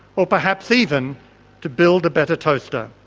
or perhaps even to build a better toaster.